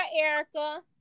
erica